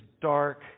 dark